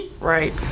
Right